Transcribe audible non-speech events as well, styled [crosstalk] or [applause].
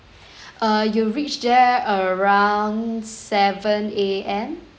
[breath] err you'll reach there around seven A_M